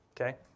okay